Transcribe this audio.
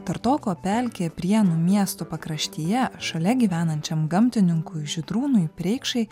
tartoko pelkė prienų miesto pakraštyje šalia gyvenančiam gamtininkui žydrūnui preikšai